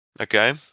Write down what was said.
Okay